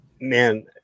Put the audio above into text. man